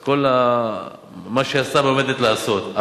את כל מה שהיא עושה ועומדת לעשות,